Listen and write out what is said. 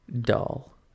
dull